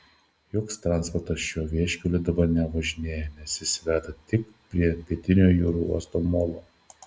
joks transportas šiuo vieškeliu dabar nevažinėja nes jis veda tik prie pietinio jūrų uosto molo